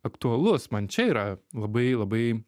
aktualus man čia yra labai labai